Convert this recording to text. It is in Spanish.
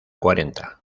cuarenta